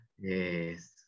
yes